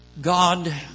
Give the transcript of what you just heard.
God